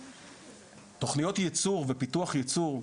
תוכניות ייצור ופיתוח ייצור,